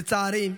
לצערי,